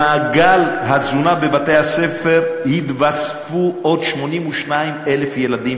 למעגל התזונה של בתי-הספר יתווספו עוד 82,000 ילדים.